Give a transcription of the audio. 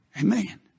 Amen